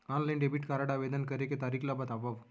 Online debit card आवेदन करे के तरीका ल बतावव?